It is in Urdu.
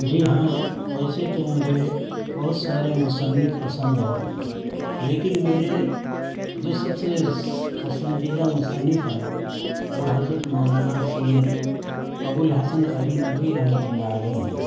جی ہاں ویسے تو مجھے بہت سارے مصنف پسند ہیں لیکن میرے جو سب سے پسندیدہ مصنف ہیں وہ حضرت مولانا سید ابوالحسن علی ندوی رحمۃ اللہ علیہ ہیں